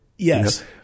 Yes